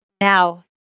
now